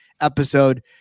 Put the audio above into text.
episode